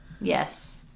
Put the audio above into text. Yes